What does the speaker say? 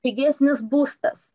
pigesnis būstas